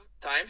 Time